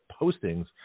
postings